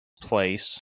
place